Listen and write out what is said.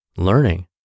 Learning